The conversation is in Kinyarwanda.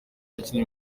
yakinye